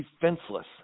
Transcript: defenseless